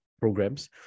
programs